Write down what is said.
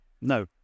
No